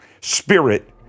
spirit